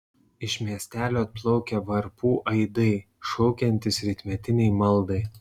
iš miestelio atplaukia varpų aidai šaukiantys rytmetinei maldai